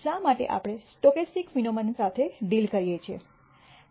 શા માટે આપણે સ્ટોકેસ્ટિક ફિનોમનન સાથે ડીલ કરીએ છીએ